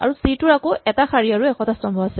আৰু চি ৰ আকৌ এটা শাৰী আৰু এশটা স্তম্ভ আছে